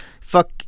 fuck